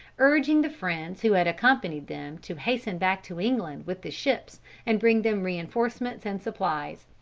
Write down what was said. urging the friends who had accompanied them to hasten back to england with the ships and bring them reinforcements and supplies.